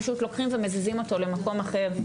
פשוט לוקחים ומזיזים אותו למקום אחר.